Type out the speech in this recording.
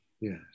Yes